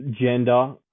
gender